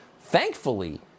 Thankfully